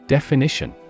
Definition